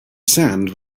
sand